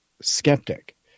skeptic